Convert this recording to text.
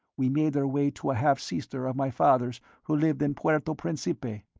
we made our way to a half-sister of my father's who lived in puerto principe,